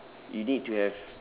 you need to have